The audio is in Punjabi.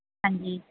ਹਾਂਜੀ